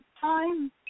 time